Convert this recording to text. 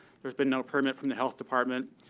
there's been no permit from the health department,